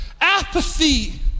apathy